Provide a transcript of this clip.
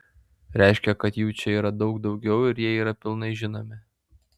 reiškia kad jų čia yra daug daugiau ir jie yra pilnai žinomi